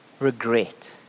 Regret